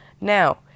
now